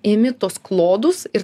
ėmi tuos klodus ir